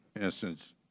instance